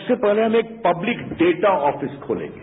सबसे पहले हम एक पर्कलक ठेटा ऑफिस खोलेंगे